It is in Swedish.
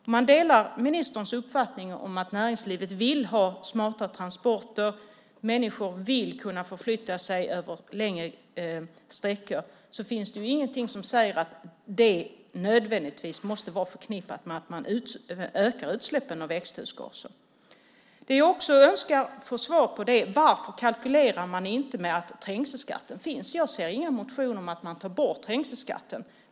Om man delar ministerns uppfattning att näringslivet vill ha smarta transporter och människor vill kunna förflytta sig över längre sträckor finns det ju inget som säger att det nödvändigtvis måste vara förknippat med att man ökar utsläppen av växthusgaser. Det jag också önskar få svar på är varför man inte kalkylerar med att trängselskatten finns. Jag ser ingen motion om att man tar bort trängselskatten.